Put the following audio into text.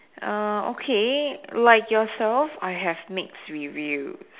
err okay like yourself I have mixed reviews